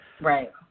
Right